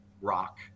rock